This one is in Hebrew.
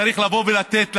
צריך לבוא ולתת להם,